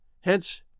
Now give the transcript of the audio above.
Hence